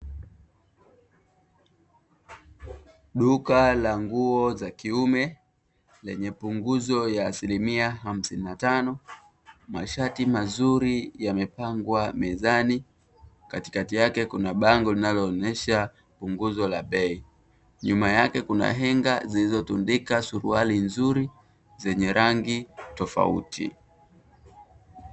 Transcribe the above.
Duka la nguo za kiume lenye punguzo ya asilimia hamsini na tano, mashati mazuri yamepangwa mezani katikati yake kuna bango linaloonyesha punguzo la bei, nyuma yake kuna henga zilizotundika suruali nzuri zenye rangi tofauti.